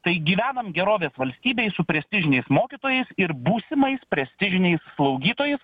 tai gyvenam gerovės valstybėj su prestižiniais mokytojais ir būsimais prestižiniais slaugytojais